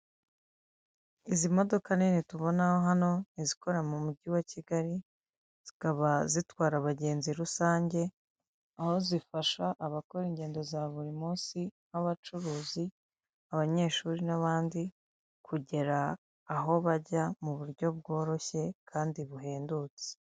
Izi modoka nini tubona hano ni izikora mu mujyi wa kigali zikaba zitwara abagenzi rusange aho zifasha abakora ingendo za buri munsi nk'abacuruzi abanyeshuri n'abandi kugera aho bajya mu buryo bworoshye kandi buhendutse .